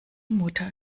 mutter